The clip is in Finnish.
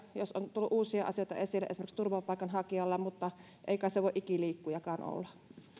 jos on tullut uusia asioita esille esimerkiksi turvapaikanhakijalla mutta ei kai se voi ikiliikkujakaan olla